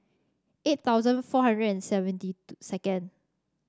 eight thousand four hundred and seventy two second